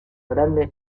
grandes